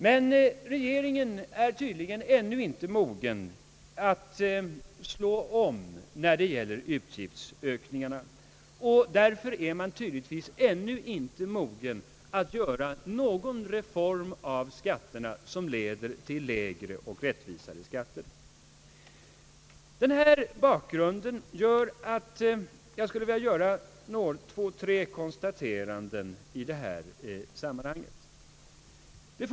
Men regeringen är tydligen ännu inte mogen att slå om när det gäller utgiftsökningarna och därför är man tydligtvis ännu inte heller mogen att genomföra någon reform av skatterna som leder till lägre och rättvisare skatter. Det är mot denna bakgrund som jag skulle vilja göra tre konstateranden. För det första har vi inom högerpar Ang.